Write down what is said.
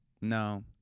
No